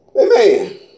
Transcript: Amen